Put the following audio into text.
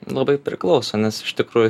labai priklauso nes iš tikrųjų